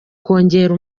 kongera